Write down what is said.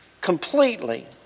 completely